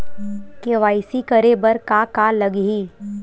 KYC करे बर का का लगही?